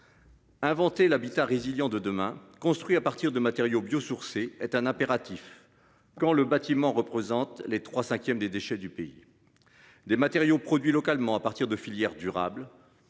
Inventé l'habitat résiliant de demain. Construit à partir de matériaux biosourcés est un impératif. Quand le bâtiment représente les 3 cinquièmes des déchets du pays. Des matériaux produits localement à partir de filières durable.